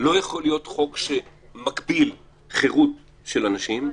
לא יכול להיות חוק שמגביל חירות של אנשים,